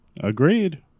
Agreed